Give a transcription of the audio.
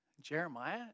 Jeremiah